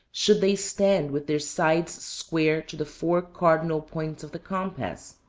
should they stand with their sides square to the four cardinal points of the compass?